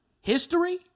history